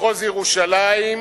מחוז ירושלים,